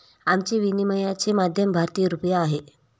आमचे विनिमयाचे माध्यम भारतीय रुपया आहे